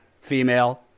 female